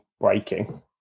breaking